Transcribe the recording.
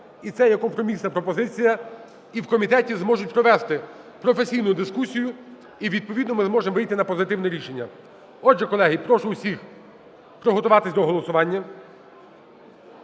І це є компромісна пропозиція. І в комітеті зможуть провести професійну дискусію, і відповідно ми зможемо вийти на позитивне рішення. Отже, колеги, прошу усіх приготуватись до голосування.